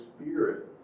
Spirit